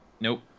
Nope